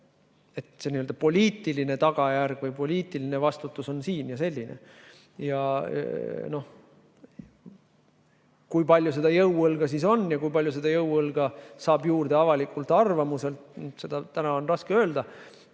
et poliitiline tagajärg või poliitiline vastutus on siin ja selline. Kui palju seda jõuõlga siis on ja kui palju seda jõuõlga saab juurde avalikult arvamuselt, on täna raske öelda.